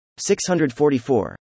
644